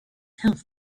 health